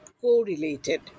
correlated